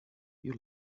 you